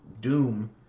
doom